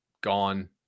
gone